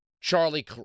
Charlie